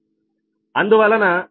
అందువలన QQ3 Q4